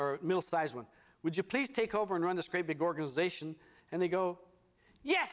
or middle sized one would you please take over and run this great big organization and they go ye